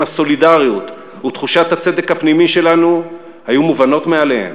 הסולידריות ותחושת הצדק הפנימי שלנו היו מובנות מאליהן.